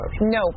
No